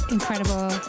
Incredible